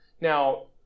Now